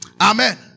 Amen